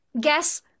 guess